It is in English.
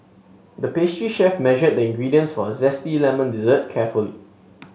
the pastry chef measured the ingredients for a zesty lemon dessert carefully